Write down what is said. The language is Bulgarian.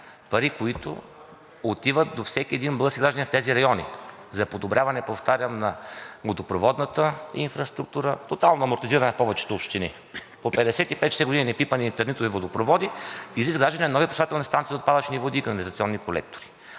пари, които отиват до всеки един български гражданин в тези райони за подобряване, повтарям, на водопроводната инфраструктура, тотално амортизирана в повечето общини – по 50, по 60 години непипани етернитови водопроводи, пречиствателни станции за отпадъчни води и канализационни колектори.